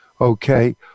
okay